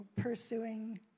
pursuing